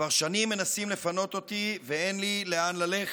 כבר שנים מנסים לפנות אותי ואין לי לאן ללכת.